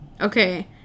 Okay